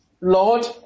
Lord